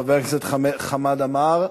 חבר הכנסת חמד עמאר.